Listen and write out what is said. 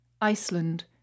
Iceland